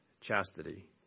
chastity